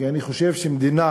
כי אני חושב שמדינה